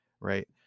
right